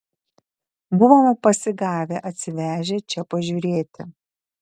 buvome pasigavę atsivežę čia pažiūrėti